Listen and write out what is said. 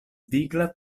vigla